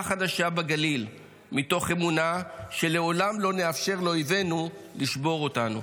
חדשה בגליל מתוך אמונה שלעולם לא נאפשר לאויבינו לשבור אותנו.